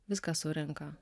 viską surenka